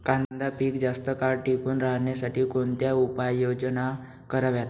कांदा पीक जास्त काळ टिकून राहण्यासाठी कोणत्या उपाययोजना कराव्यात?